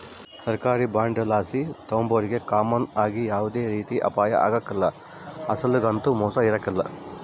ಸರ್ಕಾರಿ ಬಾಂಡುಲಾಸು ತಾಂಬೋರಿಗೆ ಕಾಮನ್ ಆಗಿ ಯಾವ್ದೇ ರೀತಿ ಅಪಾಯ ಆಗ್ಕಲ್ಲ, ಅಸಲೊಗಂತೂ ಮೋಸ ಇರಕಲ್ಲ